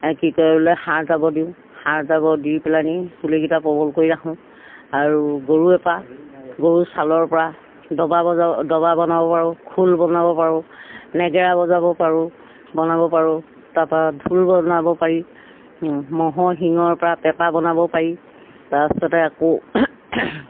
কি কয় বোলে সাৰ জাবৰ দিওঁ সাৰ জাবৰ দি পেলাইহেনি পুলিকেইটা প্ৰবল কৰি ৰাখোঁ আৰু গৰুৰপৰা গৰু ছালৰপৰা দবা বজা দবা বনাব পাৰোঁ খোল বনাব পাৰোঁ নেগেৰা বজাব পাৰোঁ বনাব পাৰোঁ তাৰপৰা ঢোল বনাব পাৰি ম'হৰ সিংৰপৰা পেঁপা বনাব পাৰি তাৰপিছতে আকৌ